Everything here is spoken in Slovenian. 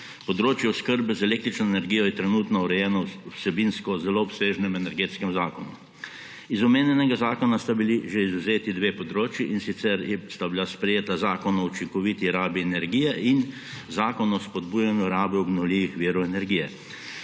Področje oskrbe z električno energijo je trenutno urejeno v vsebinsko zelo obsežnem Energetskem zakonu. Iz omenjenega zakona sta bili že izvzeti dve področji, in sicer sta bila sprejeta Zakon o učinkoviti rabi energije in Zakon o spodbujanju rabe obnovljivih virov energije,